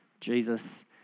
Jesus